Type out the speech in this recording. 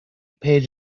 page